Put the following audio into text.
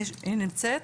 היא נמצאת?